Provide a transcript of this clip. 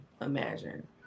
imagine